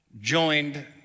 joined